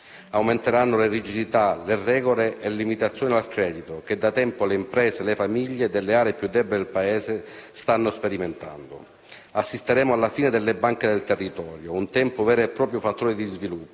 Aumenteranno le rigidità, le regole e le limitazioni al credito che da tempo le imprese e le famiglie delle aree più deboli del Paese stanno sperimentando. Assisteremo alla fine delle banche del territorio, un tempo vero e proprio fattore di sviluppo,